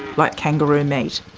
but kangaroo meat?